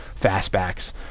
fastbacks